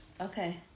Okay